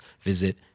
visit